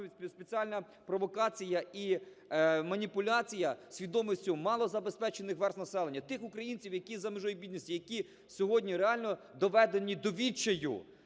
спеціальна провокація і маніпуляція свідомістю малозабезпечених верств населення? Тих українців, які за межею бідності, які сьогодні реально доведені до відчаю.